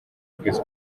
ukwezi